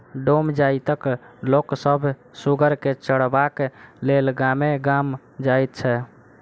डोम जाइतक लोक सभ सुगर के चरयबाक लेल गामे गाम जाइत छै